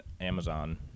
Amazon